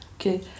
Okay